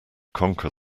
conquer